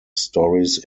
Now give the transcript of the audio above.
stories